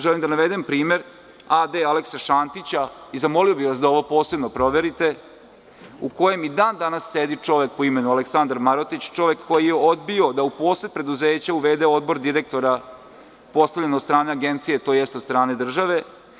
Želim da navedem primer AD „Alekse Šantića“ i zamolio bih vas da ovo posebno proverite, u kojem i dan danas sedi čovek po imenu Aleksandar Marotić, čovek koji je odbio da u posed preduzeća uvede odbor direktora postavljenog od strane Agencije, tj. od strane države.